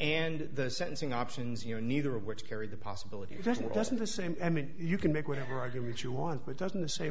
and the sentencing options you know neither of which carry the possibility because it wasn't the same i mean you can make whatever argument you want but doesn't the same